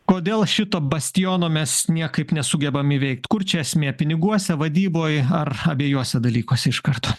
kodėl šito bastiono mes niekaip nesugebam įveikt kur čia esmė piniguose vadyboj ar abejuose dalykuose iš karto